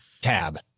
Tab